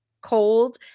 cold